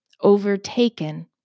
overtaken